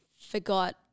forgot